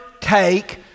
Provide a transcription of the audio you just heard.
take